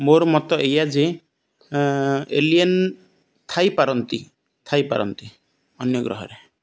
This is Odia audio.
ମୋର ମତ ଏୟା ଯେ ଏଲିଏନ ଥାଇପାରନ୍ତି ଥାଇପାରନ୍ତି ଅନ୍ୟ ଗ୍ରହରେ